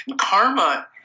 karma